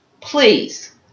please